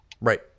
Right